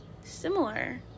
similar